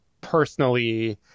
personally